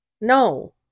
No